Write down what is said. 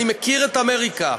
אני מכיר את אמריקה.